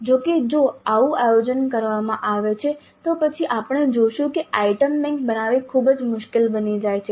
જો કે જો આવું આયોજન કરવામાં આવે છે તો પછી આપણે જોશું કે આઇટમ બેંક બનાવવી ખૂબ જ મુશ્કેલ બની જાય છે